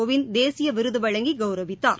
கோவிந்த் தேசிய விருது வழங்கி கவுரவித்தார்